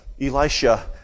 Elisha